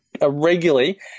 regularly